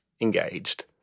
engaged